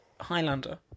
Highlander